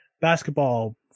basketball